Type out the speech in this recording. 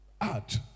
Add